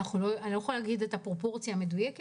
אני לא יכולה לתת את הפרופורציה המדויקת,